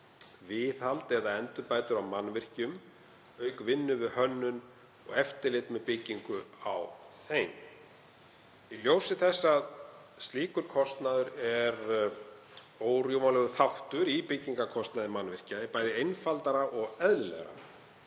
viðhald eða endurbætur á mannvirkjum, auk vinnu við hönnun og eftirlit með byggingu á þeim. Í ljósi þess að slíkur kostnaður er órjúfanlegur þáttur í byggingarkostnaði mannvirkja er bæði einfaldara og eðlilegra